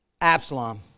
Absalom